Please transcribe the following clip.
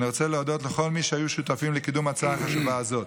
אני רוצה להודות לכל מי שהיה שותף לקידום הצעה חשובה זאת: